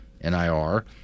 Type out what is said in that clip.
N-I-R